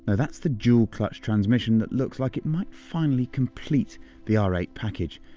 that's the jewel clutch transmission, that looks like it might finally complete the r eight package.